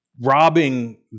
Robbing